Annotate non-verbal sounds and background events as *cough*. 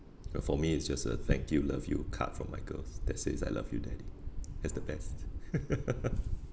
uh for me it's just a thank you love you card from my girls that says I love you daddy that's the best *laughs*